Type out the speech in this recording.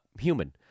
human